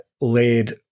laid